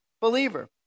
believer